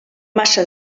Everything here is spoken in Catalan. massa